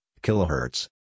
kilohertz